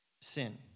sin